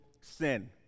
sin